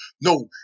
No